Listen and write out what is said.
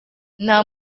nta